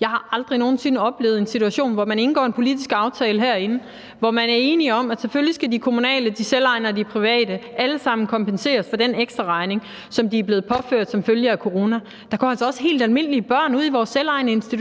Jeg har aldrig nogen sinde oplevet en situation, hvor man indgår en politisk aftale herinde, hvor man er enig om, at de kommunale, de selvejende og de private institutioner selvfølgelig alle sammen skal kompenseres for den ekstraregning, som de er blevet påført som følge af coronaen – der går altså også helt almindelige børn ude i vores selvejende institutioner,